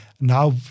Now